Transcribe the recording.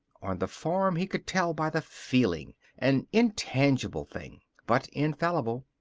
on the farm he could tell by the feeling an intangible thing, but infallible.